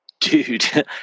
Dude